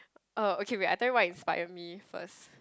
oh okay wait I tell you what inspired me first